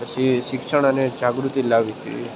પછી શિક્ષણ અને જાગૃતિ લાવવી જોઈએ